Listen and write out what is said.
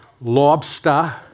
lobster